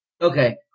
Okay